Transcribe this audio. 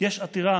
יש עתירה